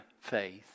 faith